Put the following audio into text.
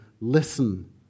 listen